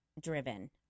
driven